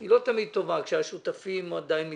לא תמיד טובה כשהשותפים עדיין מתלבטים.